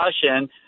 discussion